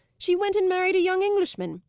she went and married a young englishman.